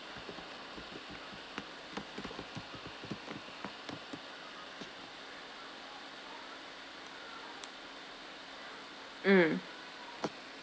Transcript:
mm